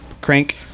crank